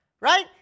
Right